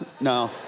no